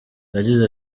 yagize